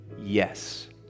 yes